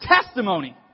testimony